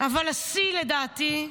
אבל השיא, לדעתי,